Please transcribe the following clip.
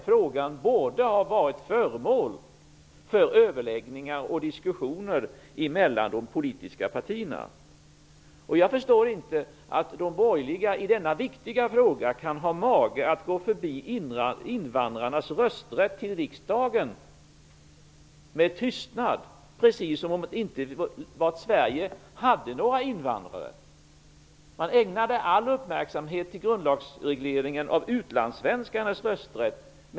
Frågan borde ha varit föremål för överläggningar och diskussioner mellan de politiska partierna. Jag förstår inte att de borgerliga i denna viktiga fråga har mage att gå förbi invandrarnas rösträtt i riksdagsvalen med tystnad, precis som om Sverige inte hade några invandrare. All uppmärksamhet ägnades åt grundlagsregleringen av utlandssvenskarnas rösträtt.